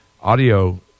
audio